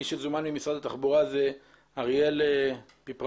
מי שזומן ממשרד התחבורה זה אריאל פיפרנו.